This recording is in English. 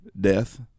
death